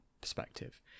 perspective